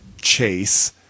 chase